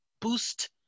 boost